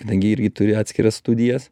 kadangi irgi turi atskiras studijas